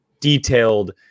detailed